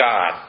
God